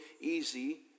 easy